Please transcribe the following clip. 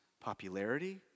popularity